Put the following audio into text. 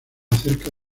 acerca